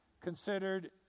considered